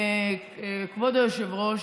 כבוד היושב-ראש,